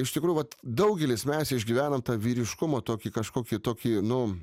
iš tikrųjų vat daugelis mes išgyvenam tą vyriškumo tokį kažkokį tokį nu